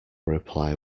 reply